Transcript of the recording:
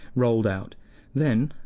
rolled out then,